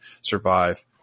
survive